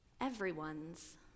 Everyone's